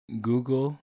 Google